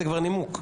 זה כבר נימוק.